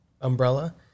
umbrella